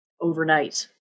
overnight